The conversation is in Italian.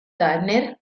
turner